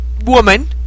woman